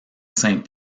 saint